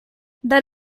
that